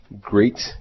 great